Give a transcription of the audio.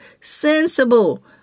sensible